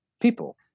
people